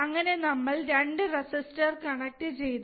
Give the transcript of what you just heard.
അങ്ങനെ നമ്മൾ 2 resistor connect ചെയ്തു